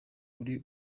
uri